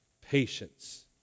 patience